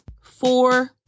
four